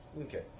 Okay